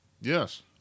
Yes